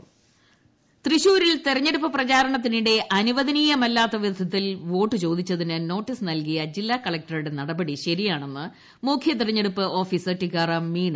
സുരേഷ്ഗോപി തെരഞ്ഞെടുപ്പ് തൃശൂരിൽ പ്രചാരണത്തിനിടെ അനുവദനീയമല്ലാത്ത വിധത്തിൽ വോട്ട് ചോദിച്ചതിന് നോട്ടീസ് നൽകിയ ജില്ലാ കളക്ടറുടെ നടപടി ശരിയാണെന്ന് മുഖ്യതെരഞ്ഞെടുപ്പ് ഓഫീസർ ടീക്കാറാം മീണ